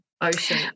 ocean